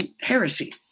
heresy